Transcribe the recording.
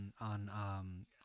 on